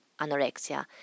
anorexia